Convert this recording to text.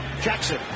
Jackson